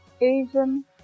Asian